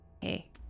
Hey